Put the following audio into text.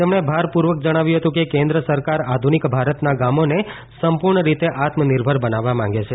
તેમણે ભારપૂર્વક જણાવ્યું હતું કે કેન્દ્ર સરકાર આધુનિક ભારતના ગામોને સંપૂર્ણ રીતે આત્મનિર્ભર બનાવવા માંગે છે